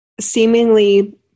seemingly